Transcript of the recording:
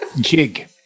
jig